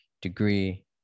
degree